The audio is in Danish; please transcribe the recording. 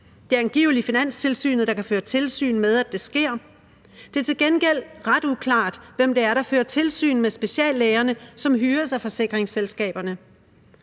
Det er angiveligt Finanstilsynet, der kan føre tilsyn med, at det sker. Det er til gengæld ret uklart, hvem det er, der fører tilsyn med speciallægerne, som hyres af forsikringsselskaberne.